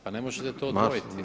Pa ne možete to odvojiti